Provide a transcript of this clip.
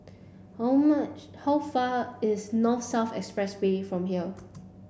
how much how far is North South Expressway from here